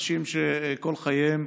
אנשים שכל חייהם,